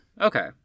Okay